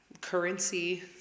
currency